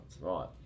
Right